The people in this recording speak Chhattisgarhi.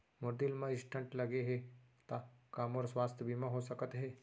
मोर दिल मा स्टन्ट लगे हे ता का मोर स्वास्थ बीमा हो सकत हे?